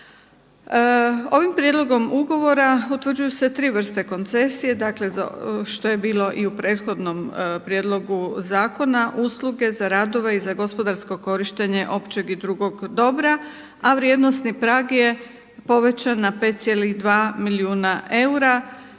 Ovim prijedlogom ugovora utvrđuju se tri vrste koncesije, dakle što je bilo i u prethodnom prijedlogu zakona usluge za radove i za gospodarsko korištenje općeg i drugog dobra, a vrijednosni prag je povećan na 5,2 milijuna eura